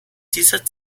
dieser